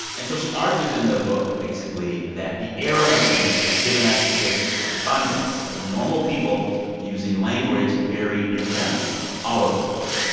and so she argues in the book, basically, that the era of internet has given us this abundance of normal people using language very informally all over the place.